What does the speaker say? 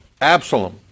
Absalom